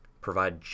provide